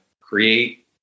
create